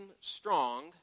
strong